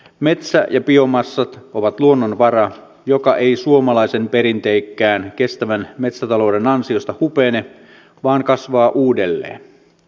metsä ja biomassat ovat luonnonvara joka ei suomalaisen perinteikkään kestävän metsätalouden ansiosta hupene vaan kasvaa uudelleen